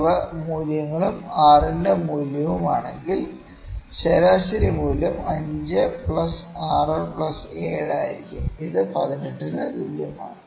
ഇവ മൂല്യങ്ങളും r ന്റെ മൂല്യവും ആണെങ്കിൽ ശരാശരി മൂല്യം 5 പ്ലസ് 6 പ്ലസ് 7 ആയിരിക്കും ഇത് 18 ന് തുല്യമാണ്